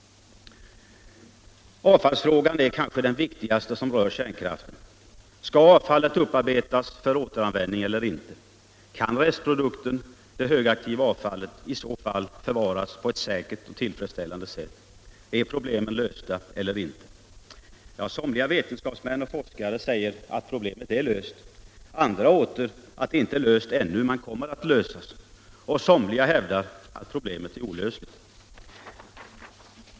Avfallsfrågan är kanske den viktigaste av de frågor som rör kärnkraften. Skall avfallet upparbetas för återanvändning eller inte? Kan restprodukten - det högaktiva avfallet — i så fall förvaras på ett säkert och tillfredsställande sätt? Är problemet löst eller inte? Somliga vetenskapsmän och forskare säger att problemet är löst, andra åter att det inte är löst ännu men kommer att lösas, och somliga hävdar att problemet är olösligt.